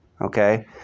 okay